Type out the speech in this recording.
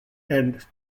and